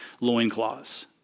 loincloths